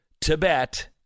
Tibet